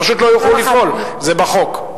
פשוט לא יוכלו לפעול, זה בחוק.